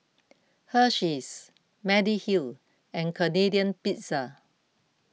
Hersheys Mediheal and Canadian Pizza